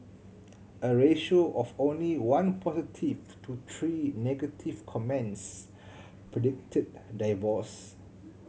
a ratio of only one positive to three negative comments predicted divorce